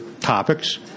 topics